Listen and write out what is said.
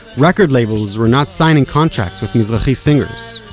record labels were not signing contracts with mizrahi singers